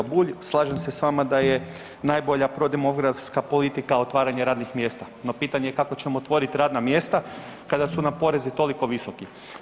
Poštovani kolega Bulj, slažem se s vama da je najbolja prodemografska politika otvaranje radnih mjesta, no pitanje je kako ćemo otvoriti radna mjesta kada su nam porezi toliko visoki.